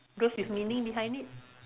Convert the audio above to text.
those with meaning behind it